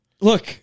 Look